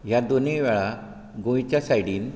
ह्या दोनीय वेळा गोंयच्या सायडीन